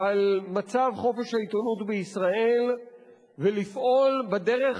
על מצב חופש העיתונות בישראל ולפעול בדרך